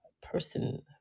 person